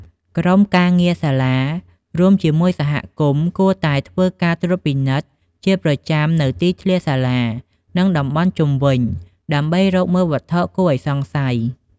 ក្រុមការងារសាលា រួមជាមួយសហគមន៍ គួរតែធ្វើការត្រួតពិនិត្យជាប្រចាំនូវទីធ្លាសាលា និងតំបន់ជុំវិញ ដើម្បីរកមើលវត្ថុគួរឱ្យសង្ស័យ។